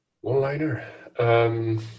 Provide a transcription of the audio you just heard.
One-liner